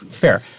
fair